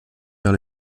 vers